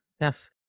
Yes